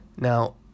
Now